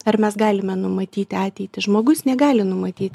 ar mes galime numatyti ateitį žmogus negali numatyti